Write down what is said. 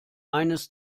eines